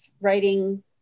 writing